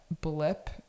blip